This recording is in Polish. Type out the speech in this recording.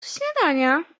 śniadania